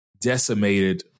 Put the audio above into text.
decimated